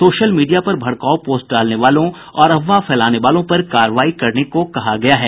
social media पर भडकाऊ post डालने वालों और अफवाह फैलाने वालों पर कार्रवाई भी करने को कहा गया है